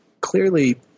Clearly